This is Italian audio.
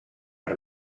per